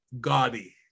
gaudy